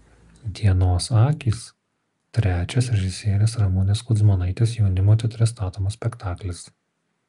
dienos akys trečias režisierės ramunės kudzmanaitės jaunimo teatre statomas spektaklis